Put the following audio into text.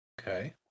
Okay